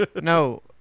No